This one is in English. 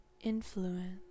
influence